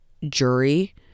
jury